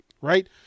right